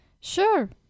Sure